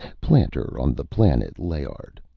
planter on the planet layard.